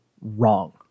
wrong